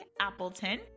Appleton